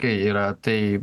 kai yra tai